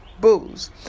booze